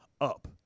up